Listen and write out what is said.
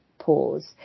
pause